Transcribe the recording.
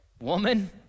woman